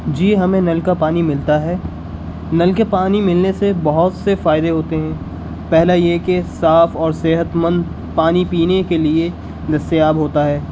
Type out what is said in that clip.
جی ہمیں نل کا پانی ملتا ہے نل کے پانے ملنے سے بہت سے فائدے ہوتے ہیں پہلا یہ کہ صاف اور صحتمند پانی پینے کے لیے دستیاب ہوتا ہے